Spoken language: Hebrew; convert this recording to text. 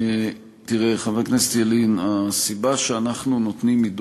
תראה, חבר